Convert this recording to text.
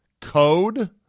code